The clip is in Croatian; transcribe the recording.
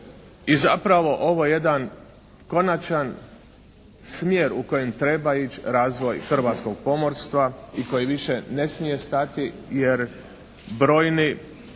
i zapravo ovo je jedan konačan smjer u kojem treba ići razvoj hrvatskog pomorstva i koji više ne smije stati jer brojni